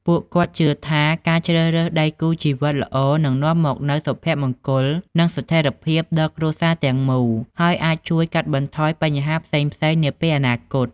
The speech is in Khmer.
ពួកគាត់ជឿថា ការជ្រើសរើសដៃគូជីវិតល្អនឹងនាំមកនូវសុភមង្គល និងស្ថិរភាពដល់គ្រួសារទាំងមូល ហើយអាចជួយកាត់បន្ថយបញ្ហាផ្សេងៗនាពេលអនាគត។